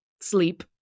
sleep